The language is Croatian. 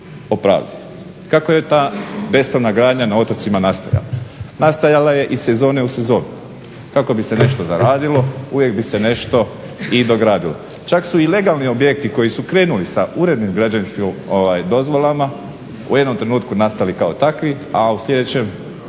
Kako je ta bespravna gradnja na otocima nastajala? Nastajala je iz sezone u sezonu, kako bi se nešto zaradilo, uvijek bi se nešto i dogradilo. Čak su i legalni objekti koji su krenuli sa urednim građevinskim dozvolama u jednom trenutku nastali kao takvi, a u sljedećoj